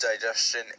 digestion